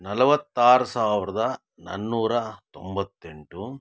ನಲವತ್ತಾರು ಸಾವಿರದ ನಾನೂರ ತೊಂಬತ್ತೆಂಟು